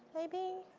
maybe?